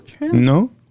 No